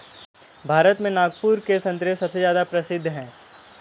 भारत में नागपुर के संतरे सबसे ज्यादा प्रसिद्ध हैं